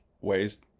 ways